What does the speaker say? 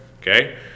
Okay